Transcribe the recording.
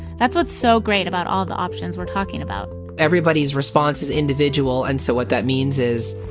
that's what's so great about all the options we're talking about everybody's response is individual, and so what that means is